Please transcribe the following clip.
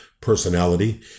personality